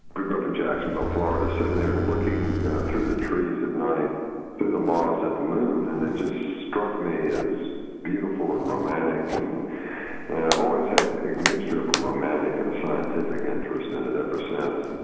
grew grew up in jacksonville florida, sitting there and looking through the trees at night through the moss at the moon and it just struck me as beautiful and romantic and and i've always had a mixture of a romantic and a scientific interest in it ever since.